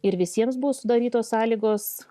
ir visiems buvo sudarytos sąlygos